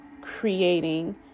creating